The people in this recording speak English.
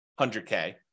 100K